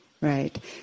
Right